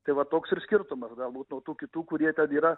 tai va toks ir skirtumas galbūt tų kitų kurie ten yra